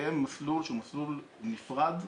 שתקיים מסלול שהוא מסלול נפרד,